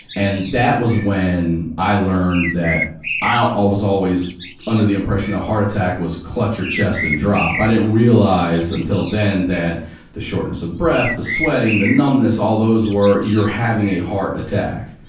and that was when i learned that i was always under the impression that a heart attack was clutch your chest and drop. i didn't realize until then that the shortness of breath, the sweating, the numbness, all those were you're having a heart attack.